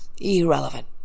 irrelevant